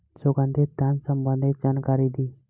सुगंधित धान संबंधित जानकारी दी?